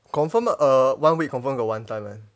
confirm err one week got one time [one]